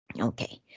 Okay